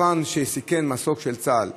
רחפן שסיכן מסוק של צה"ל,